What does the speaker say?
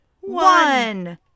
one